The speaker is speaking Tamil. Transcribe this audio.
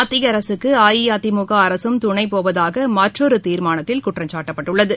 மத்திய அரசுக்கு அஇஅதிமுக அரசும் துணை போவதாக மற்றொரு தீர்மானத்தில் குற்றம் சாட்டப்பட்டுள்ளது